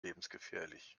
lebensgefährlich